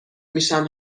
میشم